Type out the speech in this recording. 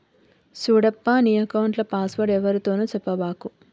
సూడప్పా, నీ ఎక్కౌంట్ల పాస్వర్డ్ ఎవ్వరితోనూ సెప్పబాకు